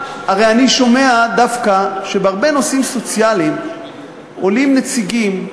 הרי אני שומע דווקא שבהרבה נושאים סוציאליים עולים נציגים,